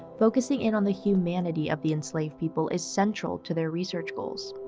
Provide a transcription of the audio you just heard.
focusing in on the humanity of the enslaved people is central to their research goals.